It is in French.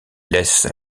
laisse